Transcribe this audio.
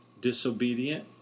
disobedient